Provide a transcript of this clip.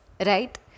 Right